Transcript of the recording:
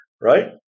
right